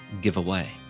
giveaway